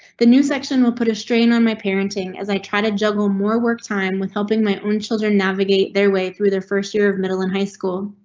the new section will put a strain on my parenting as i try to juggle more work time with helping my own children navigate their way through their first year of middle and high school.